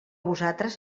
vosaltres